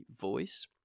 voice